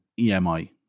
EMI